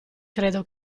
credo